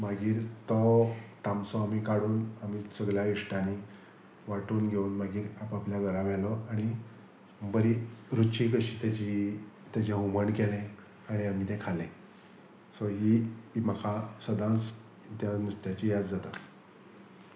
मागीर तो तामसो आमी काडून आमी सगल्या इश्टांनी वांटून घेवन मागीर आपपल्या घरा व्हेलो आनी बरी रुचीक कशी तेजी तेजें हुमण केलें आनी आमी तें खालें सो ही म्हाका सदांच त्या नुस्त्याची याद जाता